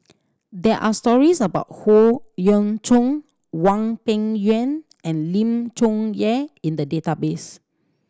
there are stories about Howe Yoon Chong Hwang Peng Yuan and Lim Chong Yah in the database